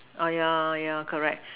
oh yeah yeah correct